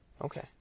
Okay